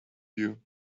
you